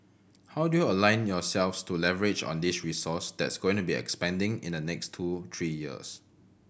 how do you align yourselves to leverage on this resource that's going to expanding in the next two three years